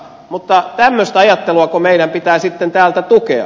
mutta tämmöistä ajatteluako meidän pitää sitten täältä tukea